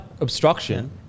obstruction